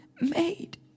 made